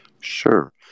Sure